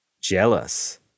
Jealous